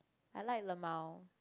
I like lmao